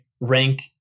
rank